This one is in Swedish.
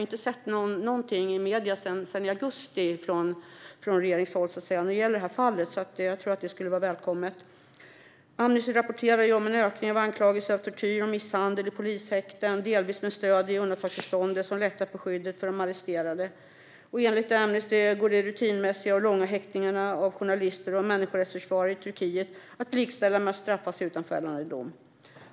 I medierna har jag inte sett någonting från regeringens håll om detta fall sedan i augusti, så det vore välkommet. Amnesty rapporterar om en ökning av anklagelser om tortyr och misshandel i polishäkten, delvis med stöd i undantagstillståndet som lättat på skyddet för de arresterade. Enligt Amnesty går de rutinmässiga och långa häktningarna av journalister och människorättsförsvarare i Turkiet att likställa med att straffas utan fällande dom.